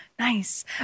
Nice